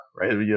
right